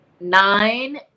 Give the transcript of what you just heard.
nine